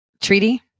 treaty